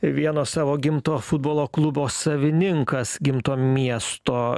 vieno savo gimto futbolo klubo savininkas gimto miesto